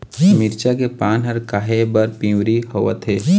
मिरचा के पान हर काहे बर पिवरी होवथे?